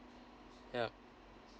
yup